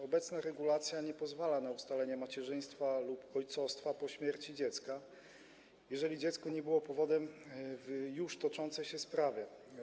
Obecna regulacja nie pozwala na ustalenie macierzyństwa lub ojcostwa po śmierci dziecka, jeżeli dziecko nie było powodem już toczącej się sprawy.